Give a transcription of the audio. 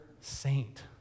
saint